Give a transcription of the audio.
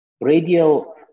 radial